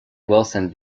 wilson